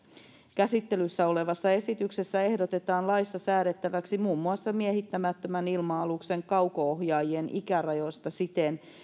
käsittelyssä olevassa esityksessä ehdotetaan laissa säädettäväksi muun muassa miehittämättömän ilma aluksen kauko ohjaajien ikärajoista siten